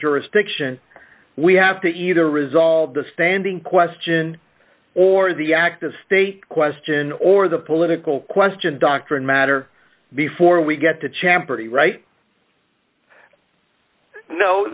jurisdiction we have to either resolve the standing question or the act and state question or the political question doctrine matter before we get to jam pretty right no